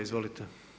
Izvolite.